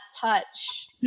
touch